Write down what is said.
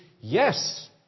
yes